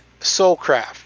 Soulcraft